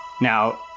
Now